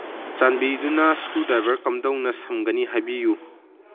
ꯆꯥꯟꯕꯤꯗꯨꯅ ꯏꯁꯀ꯭ꯔꯨ ꯗ꯭ꯔꯥꯏꯚꯔ ꯀꯝꯗꯧꯅ ꯁꯝꯒꯅꯤ ꯍꯥꯏꯕꯤꯌꯨ